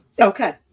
Okay